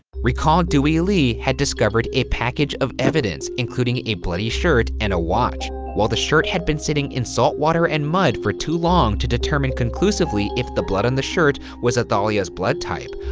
recall, dewey lee had discovered a package of evidence, including a bloody shirt and a watch. while the shirt had been sitting in saltwater and mud for too long to determine conclusively if the blood on the shirt was athalia's blood type,